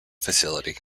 facility